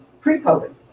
pre-COVID